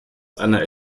einer